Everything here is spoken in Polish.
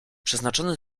przeznaczony